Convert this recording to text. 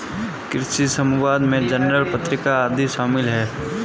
कृषि समवाद में जर्नल पत्रिका आदि शामिल हैं